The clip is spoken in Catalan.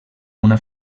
una